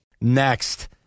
Next